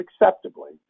acceptably